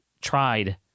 tried